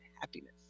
happiness